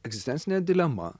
egzistencinė dilema